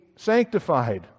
sanctified